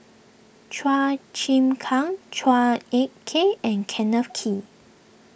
Chua Chim Kang Chua Ek Kay and Kenneth Kee